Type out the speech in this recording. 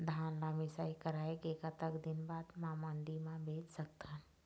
धान ला मिसाई कराए के कतक दिन बाद मा मंडी मा बेच सकथन?